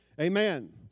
Amen